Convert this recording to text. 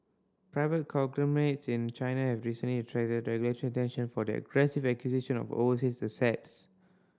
private conglomerates in China have recently attracted regulatory attention for their aggressive acquisition of overseas assets